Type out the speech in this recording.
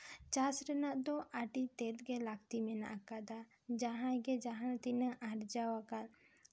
ᱪᱟᱥ ᱨᱮᱱᱟᱜ ᱫᱚ ᱟᱹᱰᱤ ᱛᱮᱜ ᱜᱮ ᱞᱟᱹᱠᱛᱤ ᱢᱮᱱᱟᱜ ᱟᱠᱟᱫᱟ ᱡᱟᱦᱟᱸᱭ ᱜᱮ ᱡᱟᱦᱟᱸ ᱛᱤᱱᱟᱹᱜ ᱟᱨᱡᱟᱣ ᱟᱠᱟᱫ